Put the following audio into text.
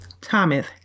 Thomas